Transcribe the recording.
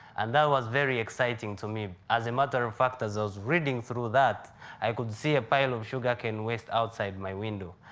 and that was very exciting to me. as a matter of fact, as i was reading through that i could see a pile of sugar cane waste outside my window.